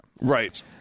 right